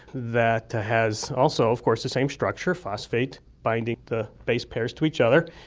that has also of course the same structure, phosphate binding the base pairs to each other,